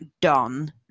done